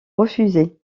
refusé